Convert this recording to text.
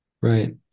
Right